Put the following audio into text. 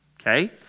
Okay